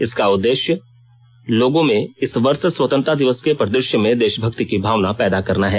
इसका उद्देश्य लोगों में इस वर्ष स्वतंत्रता दिवस के परिदृश्य में देशभक्ति की भावना पैदा करना है